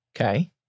Okay